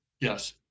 Yes